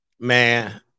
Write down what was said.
Man